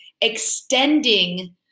Extending